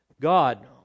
God